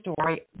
story